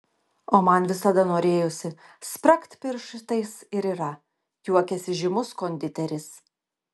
o man visada norėjosi spragt pirštais ir yra juokiasi žymus konditeris